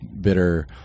bitter